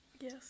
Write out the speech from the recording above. yes